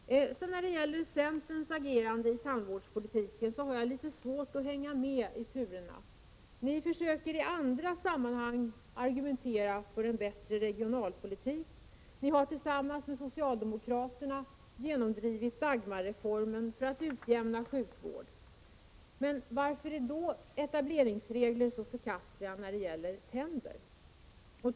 Jag har också litet svårt att hänga med i turerna när det gäller centerns agerande i tandvårdspolitiken. Ni försöker i andra sammanhang att argumentera för en bättre regionalpolitik. Ni har tillsammans med socialdemokraterna genomdrivit Dagmarreformen för att utjämna sjukvården. Varför är då etableringsregler så förkastliga när det gäller tänder?